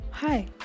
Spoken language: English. Hi